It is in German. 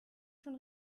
schon